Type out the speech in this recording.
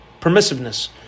permissiveness